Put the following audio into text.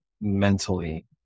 mentally